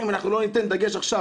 ואתה לא יודע כמה קשה איתו עכשיו,